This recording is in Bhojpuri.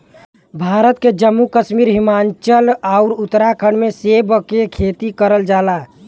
भारत के जम्मू कश्मीर, हिमाचल आउर उत्तराखंड में सेब के खेती करल जाला